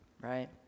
Right